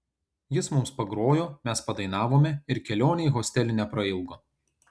jis mums pagrojo mes padainavome ir kelionė į hostelį neprailgo